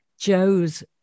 Joe's